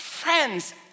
Friends